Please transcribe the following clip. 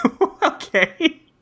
okay